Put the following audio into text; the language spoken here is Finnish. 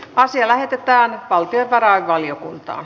asia lähetettiin valtiovarainvaliokuntaan